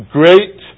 great